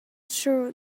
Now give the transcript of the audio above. true